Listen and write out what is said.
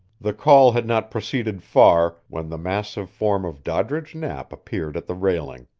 the call had not proceeded far, when the massive form of doddridge knapp appeared at the railing.